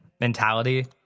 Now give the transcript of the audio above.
mentality